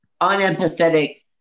unempathetic